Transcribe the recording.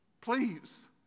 Please